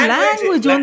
Language